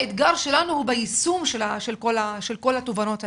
האתגר שלנו הוא ביישום של כל התובנות האלו.